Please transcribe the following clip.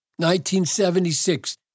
1976